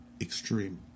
extreme